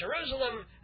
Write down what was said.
Jerusalem